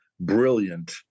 brilliant